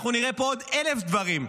אנחנו נראה פה עוד אלף דברים,